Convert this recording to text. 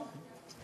לא,